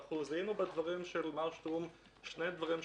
אנחנו זיהינו בדברים של מר שטרום שני דברים שקורים: